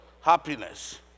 Happiness